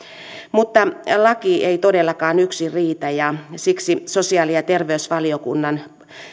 mutta laki ei todellakaan yksin riitä ja siksi sosiaali ja terveysvaliokunnan